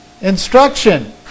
Instruction